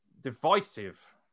divisive